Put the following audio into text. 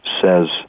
says